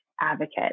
advocate